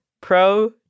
pro